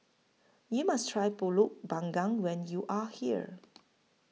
YOU must Try Pulut Panggang when YOU Are here